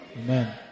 amen